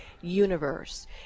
universe